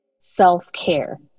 self-care